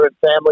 family